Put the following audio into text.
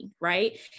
right